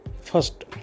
first